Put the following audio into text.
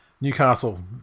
Newcastle